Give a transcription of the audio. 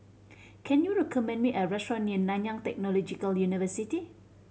can you recommend me a restaurant near Nanyang Technological University